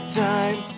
time